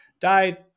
died